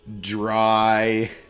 Dry